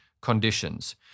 conditions